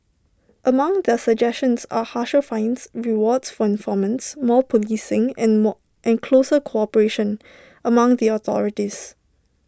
among their suggestions are harsher fines rewards for informants more policing and more and closer cooperation among the authorities